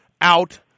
out